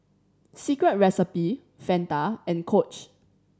Secret Recipe Fanta and Coach